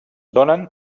donen